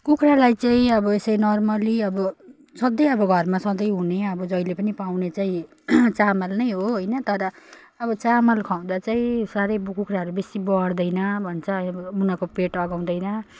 कुखुरालाई चाहिँ अब यसै नर्मली अब सधैँ अब घरमा सधैँ हुने अब जहिले पनि पाउने चाहिँ चामल नै हो होइन तर अब चामल खुवाउँदा चाहिँ साह्रै कुखुराहरू बेसी बढ्दैन भन्छ अब उनीहरूको पेट अघाउँदैन